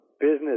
business